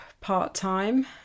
part-time